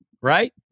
right